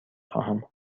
خواهم